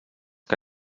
que